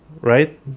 right